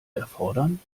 erfordern